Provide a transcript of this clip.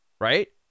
right